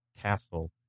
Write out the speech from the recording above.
castle